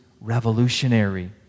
revolutionary